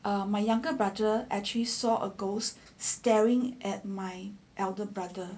um my younger brother actually saw a ghost staring at my elder brother